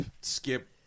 skip